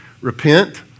repent